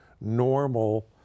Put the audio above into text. normal